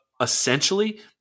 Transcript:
essentially